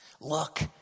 Look